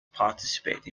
participate